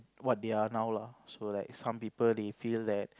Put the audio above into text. what they are now lah so like some people they feel that